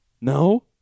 No